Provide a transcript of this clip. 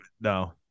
No